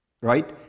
right